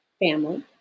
Family